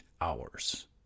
hours